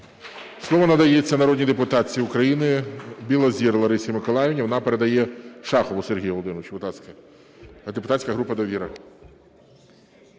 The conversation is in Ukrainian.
Слово надається народній депутатці України Білозір Ларисі Миколаївні. Вона передає Шахову Сергію Володимировичу, будь ласка, депутатська група "Довіра".